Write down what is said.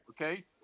okay